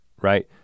right